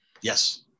Yes